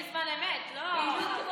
תתקן בזמן אמת, לא אחר כך.